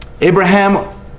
Abraham